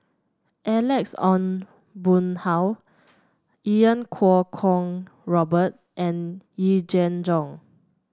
Alex Ong Boon Hau Iau Kuo Kwong Robert and Yee Jenn Jong